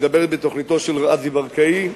מדבר בתוכניתו של רזי ברקאי,